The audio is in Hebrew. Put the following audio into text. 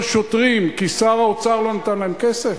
שוטרים כי שר האוצר לא נתן להם כסף?